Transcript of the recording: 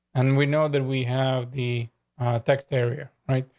and we know that we have the text area, right?